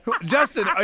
Justin